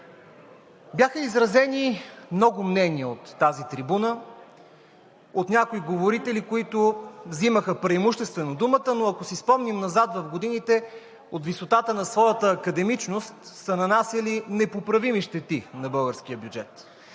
Бяха изразени много мнения от тази трибуна от някои говорители, които взимаха преимуществено думата, но ако си спомним назад в годините от висотата на своята академичност, са нанасяли непоправими щети на българския бюджет.